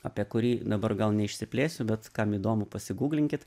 apie kurį dabar gal neišsiplėsiu bet kam įdomu pasigūglinkit